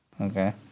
Okay